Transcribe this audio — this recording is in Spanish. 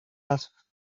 las